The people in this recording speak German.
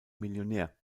millionär